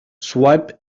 swipe